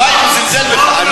וואי, הוא זלזל בך.